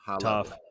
tough